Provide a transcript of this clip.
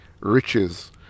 riches